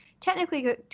technically